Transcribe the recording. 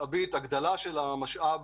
הגדלה של המשאב